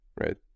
right